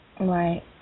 Right